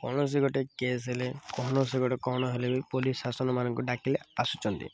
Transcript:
କୌଣସି ଗୋଟେ କେସ୍ ହେଲେ କୌଣସି ଗୋଟେ କ'ଣ ହେଲେ ବି ପୋଲିସ୍ ଶାସନମାନଙ୍କୁ ଡାକିଲେ ଆସୁଛନ୍ତି